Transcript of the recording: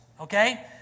Okay